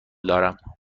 دارم